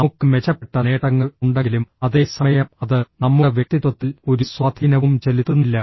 നമുക്ക് മെച്ചപ്പെട്ട നേട്ടങ്ങൾ ഉണ്ടെങ്കിലും അതേ സമയം അത് നമ്മുടെ വ്യക്തിത്വത്തിൽ ഒരു സ്വാധീനവും ചെലുത്തുന്നില്ല